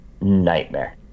nightmare